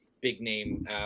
big-name